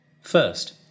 First